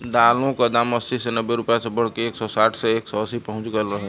दालों क दाम अस्सी से नब्बे रुपया से बढ़के एक सौ साठ से एक सौ अस्सी पहुंच गयल रहल